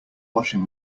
washing